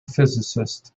physicists